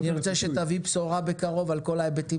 נרצה שתביא בשורה בקרוב על כל ההיבטים